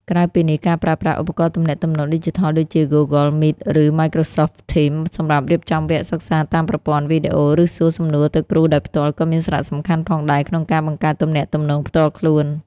ក្រៅពីនេះ ការប្រើប្រាស់ ឧបករណ៍ទំនាក់ទំនងឌីជីថល ដូចជា Google Meet ឬ Microsoft Teams សម្រាប់រៀបចំវគ្គសិក្សាតាមប្រព័ន្ធវីដេអូ ឬសួរសំណួរទៅគ្រូដោយផ្ទាល់ក៏មានសារៈសំខាន់ផងដែរក្នុងការបង្កើតទំនាក់ទំនងផ្ទាល់ខ្លួន។